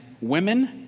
women